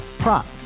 prop